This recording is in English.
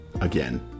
again